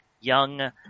young